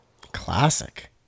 Classic